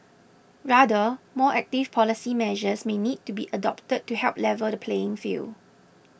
rather more active policy measures may need to be adopted to help level the playing field